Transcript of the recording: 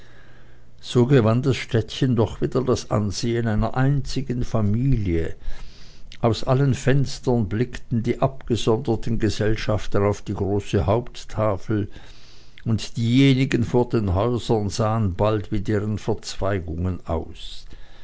so gewann das städtchen doch wieder das ansehen einer einzigen familie aus allen fenstern blickten die abgesonderten gesellschaften auf die große haupttafel und diejenigen vor den häusern sahen bald wie deren verzweigungen aus